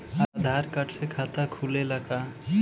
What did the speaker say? आधार card से खाता खुले ला का?